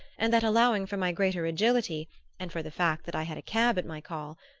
and that, allowing for my greater agility and for the fact that i had a cab at my call,